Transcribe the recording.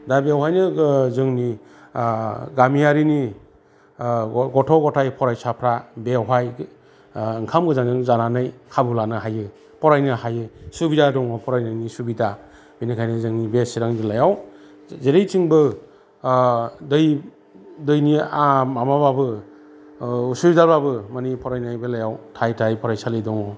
दा बेवहायनो जोंनि गामियारिनि गथ' गथाय फरायसाफोरा बेवहाय ओंखाम गोजांजों जानानै खाबु लानो हायो फरायनो हायो सुबिदा दङ फरायनायनि सुबिदा बेनिखायनो जोंनि बे चिरां जिल्लायाव जेरैथिंबो दैनि माबाबाबो असुबिदाबाबो माने फरायनायनि बेलायाव थाय थाय फरायसालि दङ